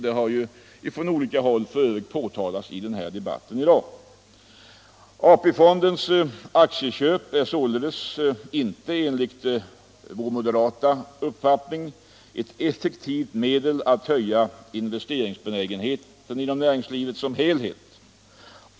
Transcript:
Det har f. ö. påtalats från olika håll i dagens debatt. AP-fondens aktieköp är således enligt vår moderata uppfattning inte ett effektivt medel att höja investeringsbenägenheten inom näringslivet som helhet.